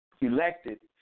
elected